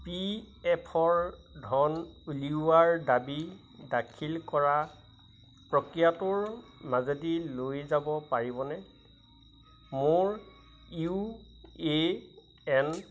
P এফৰ ধন উলিওৱাৰ দাবী দাখিল কৰা প্ৰক্ৰিয়াটোৰ মাজেদি লৈ যাব পাৰিবনে মোৰ ইউ এ এন